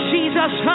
Jesus